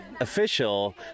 official